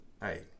hey